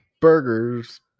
burgers